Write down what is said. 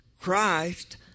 Christ